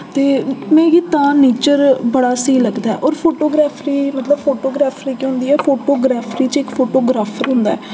ते मिगी तां नेचर बड़ा स्हेई लगदा ऐ होर फोटोग्राफ्री मतलब फोटोग्राफ्री केह् होंदी ऐ फोटोग्राफ्री च इक फोटोग्राफर होंदा ऐ